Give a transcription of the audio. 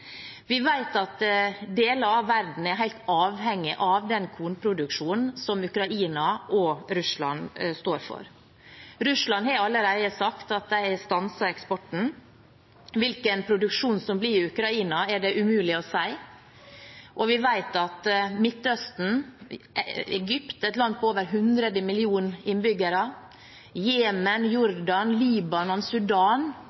Vi vet at deler av verden er helt avhengig av den kornproduksjonen som Ukraina og Russland står for. Russland har allerede sagt at de stanser eksporten. Hvilken produksjon som blir i Ukraina, er det umulig å si. Vi vet at Midtøsten, Egypt, et land med over 100 millioner innbyggere, Jemen, Jordan,